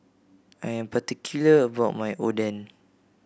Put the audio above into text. I am particular about my Oden